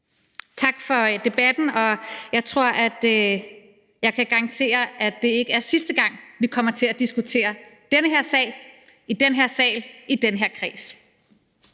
Tak for debatten. Jeg tror, at jeg kan garantere, at det ikke er sidste gang, vi kommer til at diskutere den her sag, i den her sal, i den her kreds.